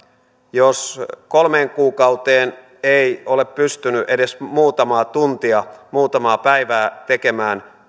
jos kolmeen kuukauteen ei ole pystynyt edes muutamaa tuntia muutamaa päivää tekemään